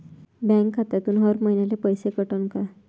Bank खात्यातून हर महिन्याले पैसे कटन का?